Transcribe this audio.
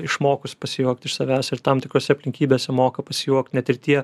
išmokus pasijuokt iš savęs ir tam tikrose aplinkybėse moka pasijuokt net ir tie